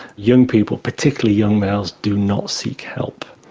young people, particularly young males, do not seek help.